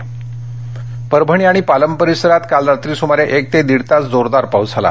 परभणी पाऊस परभणी आणि पालम परीसरात काल रात्री सुमारे एक ते दिड तास जोरदार पाऊस झाला